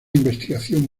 investigación